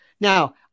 Now